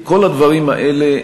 כל הדברים האלה,